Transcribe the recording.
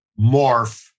morph